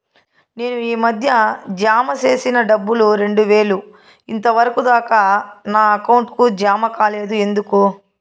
నేను ఈ మధ్య జామ సేసిన డబ్బులు రెండు వేలు ఇంతవరకు దాకా నా అకౌంట్ కు జామ కాలేదు ఎందుకు?